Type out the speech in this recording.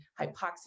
hypoxia